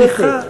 סליחה.